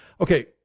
Okay